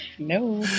No